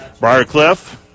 Briarcliff